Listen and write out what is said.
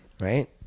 Right